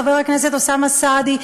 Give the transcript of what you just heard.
חבר הכנסת אוסאמה סעדי,